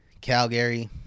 Calgary